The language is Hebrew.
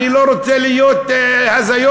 אני לא רוצה לראות הזיות.